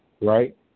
right